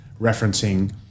referencing